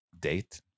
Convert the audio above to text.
date